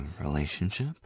relationship